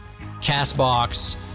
CastBox